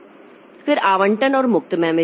फिर आवंटन और मुक्त मेमोरी